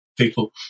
people